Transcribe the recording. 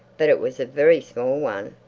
but it was a very small one.